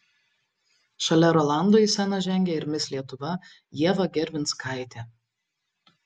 šalia rolando į sceną žengė ir mis lietuva ieva gervinskaitė